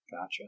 Gotcha